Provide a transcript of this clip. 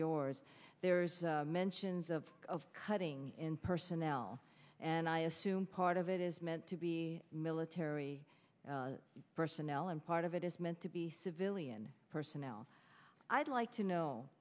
yours there are mentions of of cutting in personnel and i assume part of it is meant to be military personnel and part of it is meant to be civilian personnel i'd like to know